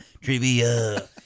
trivia